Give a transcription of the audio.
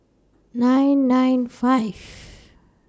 nine nine five